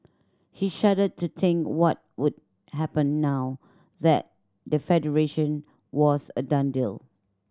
he shuddered to think what would happen now that the Federation was a done deal